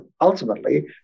ultimately